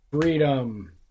freedom